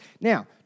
Now